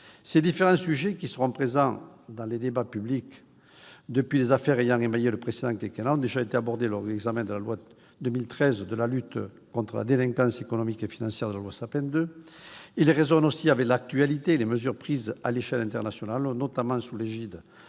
Ces différents sujets, qui sont présents dans le débat public depuis des affaires ayant émaillé le précédent quinquennat, ont déjà été abordés lors de l'examen de la loi de 2013 relative à la lutte contre la fraude fiscale et la grande délinquance économique et financière et de la loi Sapin II. Ils résonnent aussi avec l'actualité et les mesures prises à l'échelle internationale, notamment sous l'égide